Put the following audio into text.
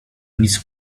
nic